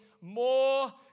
more